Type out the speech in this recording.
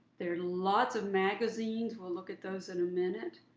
there's lots of magazines, we'll look at those in a minute.